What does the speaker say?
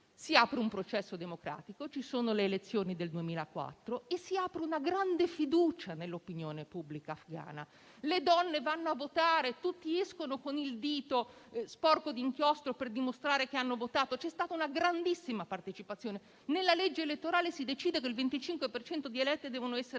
si apre un processo democratico, ci sono le elezioni del 2004 e si apre una grande fiducia nell'opinione pubblica afghana. Le donne vanno a votare, tutti escono con il dito sporco di inchiostro per dimostrare che hanno votato, c'è stata una grandissima partecipazione, nella legge elettorale si decide che il 25 per cento degli eletti devono essere donne;